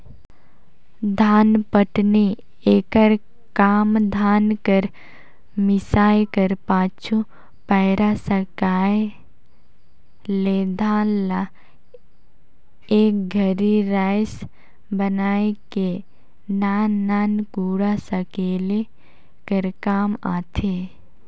धानपटनी एकर काम धान कर मिसाए कर पाछू, पैरा फेकाए ले धान ल एक घरी राएस बनाए के नान नान कूढ़ा सकेले कर काम आथे